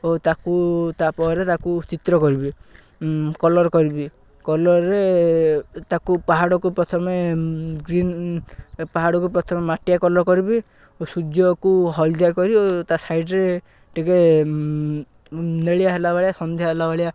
ଓ ତାକୁ ତା'ପରେ ତାକୁ ଚିତ୍ର କରିବି କଲର୍ କରିବି କଲର୍ରେ ତାକୁ ପାହାଡ଼କୁ ପ୍ରଥମେ ଗ୍ରୀନ୍ ପାହାଡ଼କୁ ପ୍ରଥମେ ମାଟିଆ କଲର୍ କରିବି ଓ ସୂର୍ଯ୍ୟକୁ ହଳଦିଆ କରିବ ତା' ସାଇଡ଼୍ରେ ଟିକେ ନେଳିଆ ହେଲା ଭଳିଆ ସନ୍ଧ୍ୟା ହେଲା ଭଳିଆ